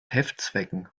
heftzwecken